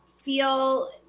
feel